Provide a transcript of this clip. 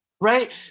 right